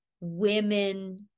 women